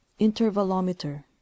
Intervalometer